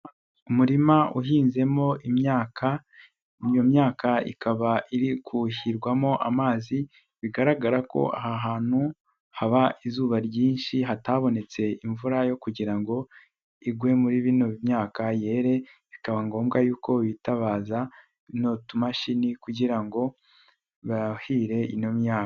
Umurima uhinzemo imyaka, iyo myaka ikaba iri guhirwamo amazi bigaragara ko aha hantu haba izuba ryinshi hatabonetse imvura yo kugira ngo igwe muri ino myaka kugira ngo yere, bikaba ngombwa yuko bitabaza utumashini kugira ngo buhire ino myaka\.